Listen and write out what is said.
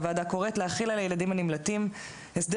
הוועדה קוראת להחיל על הילדים הנמלטים הסדר